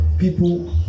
People